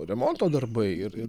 remonto darbai ir ir